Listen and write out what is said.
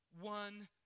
one